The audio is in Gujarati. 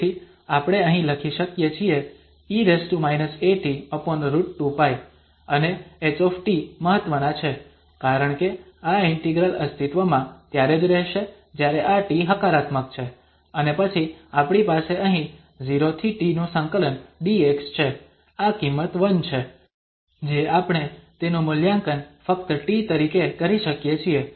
તેથી આપણે અહીં લખી શકીએ છીએ e at√2π અને H મહત્વના છે કારણ કે આ ઇન્ટિગ્રલ અસ્તિત્વમાં ત્યારે જ રહેશે જ્યારે આ t હકારાત્મક છે અને પછી આપણી પાસે અહીં 0∫t dx છે આ કિંમત 1 છે જે આપણે તેનું મૂલ્યાંકન ફક્ત t તરીકે કરી શકીએ છીએ